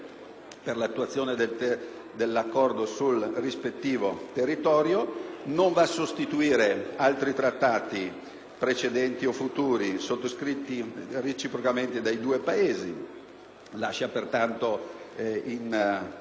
per l'attuazione sul rispettivo territorio. Esso non va a sostituire altri trattati precedenti o futuri sottoscritti reciprocamente dai due Paesi; lascia pertanto